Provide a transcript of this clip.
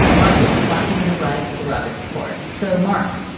mark was clocking the rise of the roberts court. so, mark,